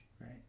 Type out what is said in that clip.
right